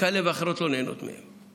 וכאלה ואחרות לא נהנות ממנו.